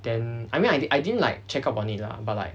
then I mean I di~ I didn't like check up on it lah but like